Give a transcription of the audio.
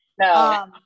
No